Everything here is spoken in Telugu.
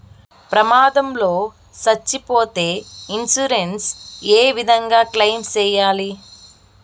ప్రమాదం లో సచ్చిపోతే ఇన్సూరెన్సు ఏ విధంగా క్లెయిమ్ సేయాలి?